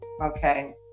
Okay